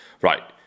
right